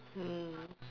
mm